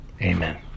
Amen